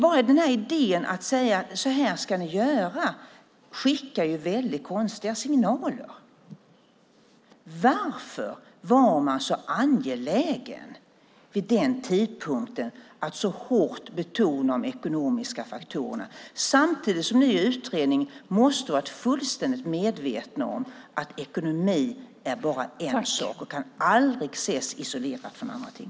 Bara idén att säga att så här ska ni göra skickar ju väldigt konstiga signaler. Varför var man så angelägen vid den tidpunkten att så hårt betona de ekonomiska faktorerna, samtidigt som ni i utredningen måste ha varit fullständigt medvetna om att ekonomin bara är en sak och aldrig kan ses isolerat från andra ting?